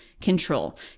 control